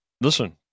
Listen